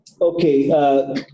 Okay